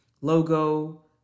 logo